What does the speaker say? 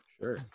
Sure